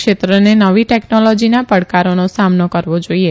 ક્ષેત્રને નવી ટેકનોલોજીના પડકારોનો સામનો કરવો જોઇએ